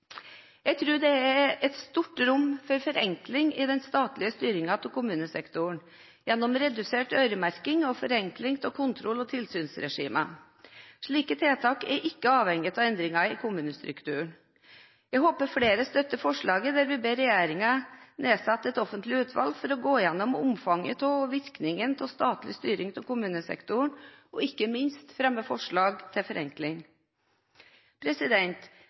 Jeg tror det er et stort rom for forenkling i den statlige styringen av kommunesektoren gjennom redusert øremerking og forenkling av kontroll- og tilsynsregimer. Slike tiltak er ikke avhengig av endringer i kommunestrukturen. Jeg håper flere støtter forslaget der vi ber regjeringen «nedsette et offentlig utvalg for å gå gjennom omfanget av og virkningene av statlig styring av kommunesektoren», og – ikke minst – «fremme forslag til